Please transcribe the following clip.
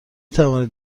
توانید